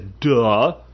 Duh